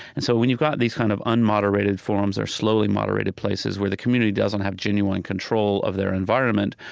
and so when you've got these kind of unmoderated forums, or slowly moderated places where the community doesn't have genuine control of their environment,